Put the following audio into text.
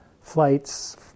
flights